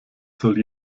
soll